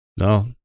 No